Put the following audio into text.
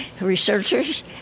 researchers